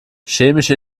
chemische